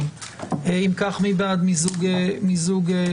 אם כך, מי בעד מיזוג ההצעות?